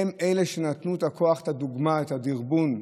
הם אלה שנתנו את הכוח, את הדוגמה, את הדרבון,